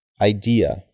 idea